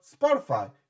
Spotify